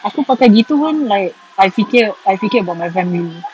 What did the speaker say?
aku pakai gitu pun like I fikir about my family